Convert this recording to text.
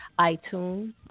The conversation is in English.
iTunes